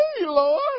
Lord